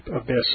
abyss